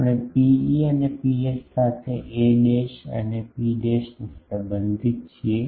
આપણે ρe અને ρh સાથે a અને b ને સંબંધિત છીએ